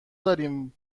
داریم